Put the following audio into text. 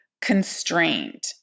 constrained